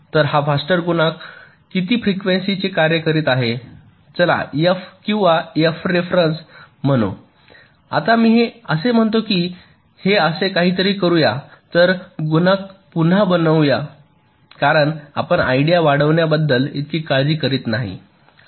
तर हा फास्टर गुणक काही फ्रिक्वेनसी चे कार्य करीत आहे चला f किंवा f रेफरन्स म्हणू आता मी असे म्हणतो की हे असे काहीतरी करू या तर गुणक पुन्हा बनवूया कारण आपण आयडिया वाढविण्याबद्दल इतकी काळजी करीत नाही